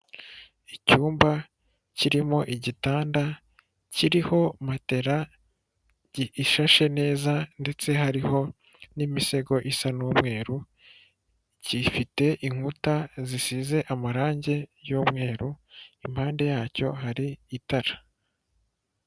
Icyumba kirimo igitanda kiriho matera ishashe neza ndetse hariho n'imisego isa n'umweru, kifite inkuta zisize amarangi y'umweru, impande yacyo hari itara.